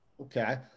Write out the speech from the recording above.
okay